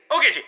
Okay